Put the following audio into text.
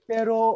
Pero